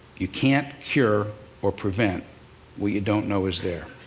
you can't cure or prevent what you don't know is there.